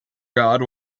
god